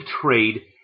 trade